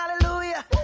hallelujah